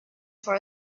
for